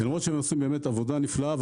והם עושים באמת עבודה נפלאה.